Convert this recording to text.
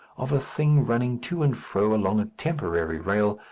of a thing running to and fro along a temporary rail,